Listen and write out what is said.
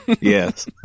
Yes